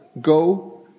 go